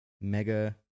mega